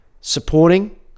supporting